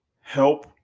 help